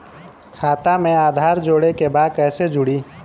खाता में आधार जोड़े के बा कैसे जुड़ी?